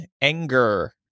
anger